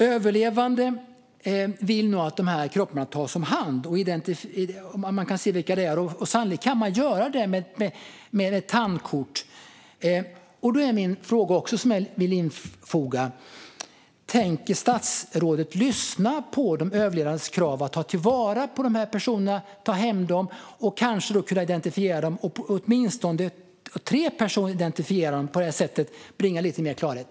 Överlevande vill nu att dessa kroppar tas om hand och att man identifierar dem för att se vilka det är. Sannolikt kan man göra det med hjälp av tandkort. Jag vill därför infoga en fråga: Tänker statsrådet lyssna på de överlevandes krav om att ta vara på dessa kroppar och ta hem dem för att sedan kanske kunna identifiera dem? Man skulle åtminstone kunna identifiera dessa tre personer och på så sätt bringa lite mer klarhet.